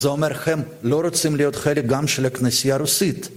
זה אומר לכם, לא רוצים להיות חלק גם של הכנסייה הרוסית.